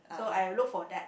so I'll look for that